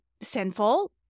sinful